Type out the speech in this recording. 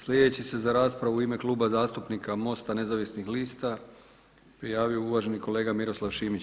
Sljedeći se za raspravu u ime Kluba zastupnika MOST-a Nezavisnih lista prijavio uvaženi kolega Miroslav Šimić.